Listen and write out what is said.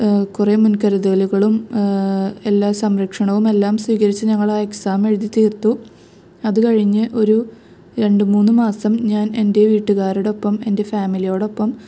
കുറെ മുൻകരുതലുകളും എല്ലാം സംരക്ഷണവുമെല്ലാം സ്വീകരിച്ച് ഞങ്ങളാ എക്സാം എഴുതി തീർത്തു അത്കഴിഞ്ഞ് ഒരു രണ്ടു മൂന്നു മാസം ഞാൻ എൻ്റെ വീട്ട്കാരൊടപ്പം എൻ്റെ ഫാമിലിയോടൊപ്പം